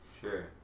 sure